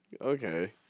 Okay